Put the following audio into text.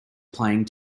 playing